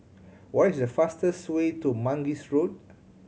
what is the fastest way to Mangis Road